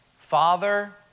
Father